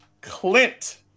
Clint